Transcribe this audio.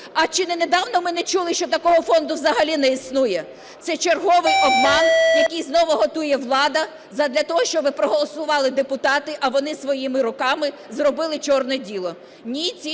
А чи не недавно ми не чули, що такого фонду взагалі не існує? Це черговий обман, який знову готує влада задля того, щоб проголосували депутати, а вони своїми руками зробили чорне діло.